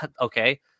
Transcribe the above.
okay